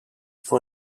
for